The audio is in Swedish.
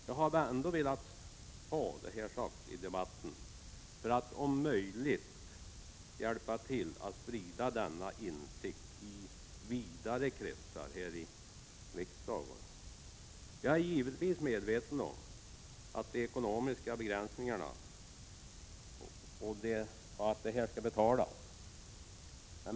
Jag har ändå velat säga detta i debatten för att om möjligt hjälpa till att sprida denna insikt i vidare kretsar här i riksdagen. Jag är givetvis medveten om de ekonomiska begränsningarna och att allt skall betalas.